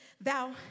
thou